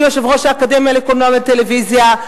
שהוא יושב-ראש האקדמיה לקולנוע וטלוויזיה?